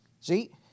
See